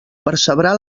percebrà